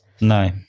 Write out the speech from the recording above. No